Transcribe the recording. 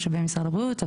משאבי משרד הבריאות.